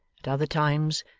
at other times,